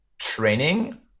training